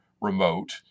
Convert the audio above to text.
remote